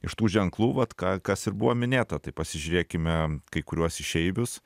iš tų ženklų vat ką kas ir buvo minėta tai pasižiūrėkime kai kuriuos išeivius